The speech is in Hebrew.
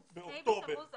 ה' בתמוז זה